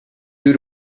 due